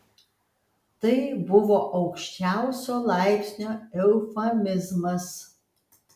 tai buvo aukščiausio laipsnio eufemizmas